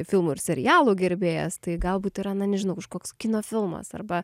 filmų ir serialų gerbėjas tai galbūt yra na nežinau kažkoks kino filmas arba